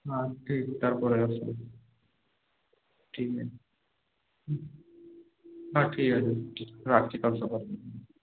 হ্যাঁ ঠিক তার পরে আসব ঠিক আছে হ্যাঁ হ্যাঁ ঠিক আছে রাখছি কাল সকালে আসব